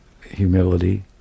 humility